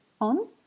on